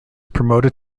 promoted